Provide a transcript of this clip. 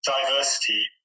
diversity